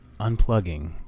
unplugging